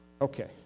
Okay